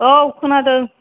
औ खोनादों